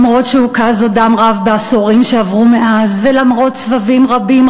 למרות שהוקז עוד דם רב בעשורים שעברו מאז ולמרות סבבים רבים,